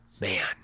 man